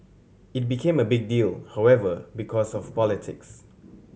it became a big deal however because of politics